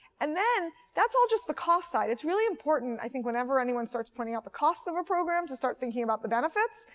and that's all just the cost side. it's really important, i think, whenever anyone starts pointing out the cost of a program, to start thinking about the benefits,